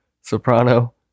Soprano